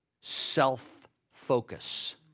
self-focus